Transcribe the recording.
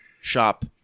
shop